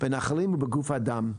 בנחלים ובגוף האדם.